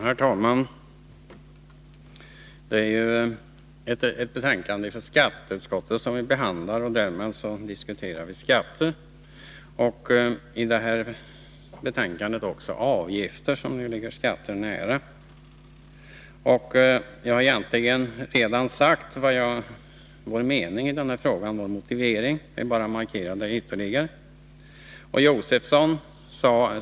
Herr talman! Det är ett betänkande från skatteutskottet vi nu behandlar. Därmed diskuterar vi skatter och, på den här punkten, också avgifter, som ju ligger skatter nära. Jag har egentligen redan anfört motiveringen för vår mening i den här frågan. Jag vill bara markera den ytterligare.